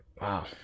Wow